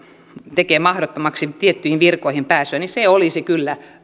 tekee mahdottomaksi tiettyihin virkoihin pääsyn niin se olisi kyllä